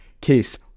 case